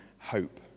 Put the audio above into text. hope